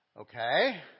Okay